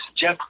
Jeff